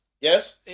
yes